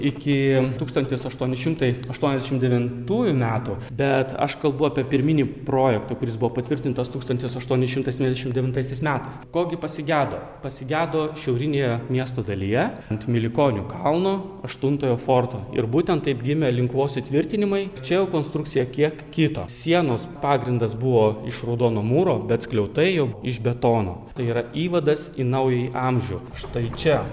iki tūkstantis aštuoni šimtai aštuoniasdešim devintųjų metų bet aš kalbu apie pirminį projektą kuris buvo patvirtintas tūkstantis aštuoni šimtai septyniasdešim devintaisiais metais ko gi pasigedo pasigedo šiaurinėje miesto dalyje ant milikonių kalno aštuntojo forto ir būtent taip gimė linkuvos įtvirtinimai čia jau konstrukcija kiek kito sienos pagrindas buvo iš raudono mūro bet skliautai jau iš betono tai yra įvadas į naująjį amžių štai čia